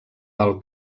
del